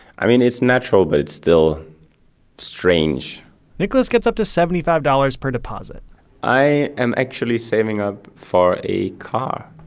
i mean, it's natural, but it's still strange niklas gets up to seventy five dollars per deposit i am actually saving up for a car,